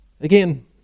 Again